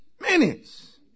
minutes